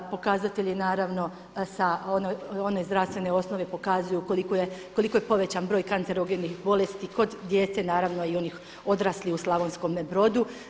Pokazatelj je naravno sa sa one zdravstvene osnove pokazuju koliko je povećan broj kancerogenih bolesti kod djece, naravno i onih odraslih u Slavonskome Brodu.